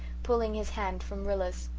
pulling his hand from rilla's.